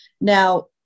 Now